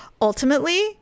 Ultimately